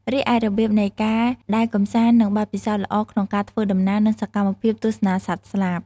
រីឯ របៀបនៃការដើរកម្សាន្តនិងបទពិសោធន៍ល្អក្នុងការធ្វើដំណើរនិងសកម្មភាពទស្សនាសត្វស្លាប។